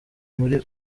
muri